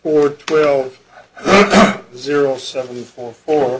or twelve zero seven four four